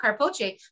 Carpoche